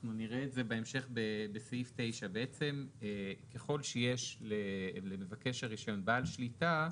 אנחנו נראה את זה בהמשך בסעיף 9. בעצם ככל שיש למבקש הרישיון בעל שליטה,